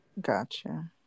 Gotcha